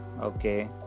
Okay